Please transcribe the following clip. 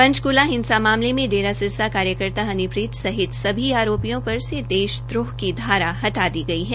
पंचकूला हिंसा मामले में डेरा सिरसा कार्यकर्ता हनीप्रीत सहित सभी आरोपियों पर देशद्रोह की धारा हटा दी गई है